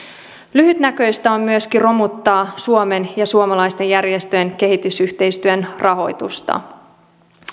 lyhytnäköistä on myöskin romuttaa suomen ja suomalaisten järjestöjen kehitysyhteistyön rahoitusta